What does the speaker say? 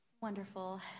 Wonderful